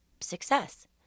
success